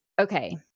Okay